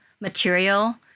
material